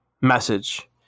message